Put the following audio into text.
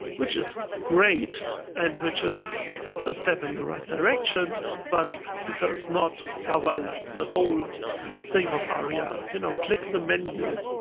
which is great and which is a step in the right direction, but it does not cover like the whole thing of aria. you know click the menu.